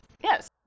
Yes